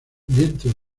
vientos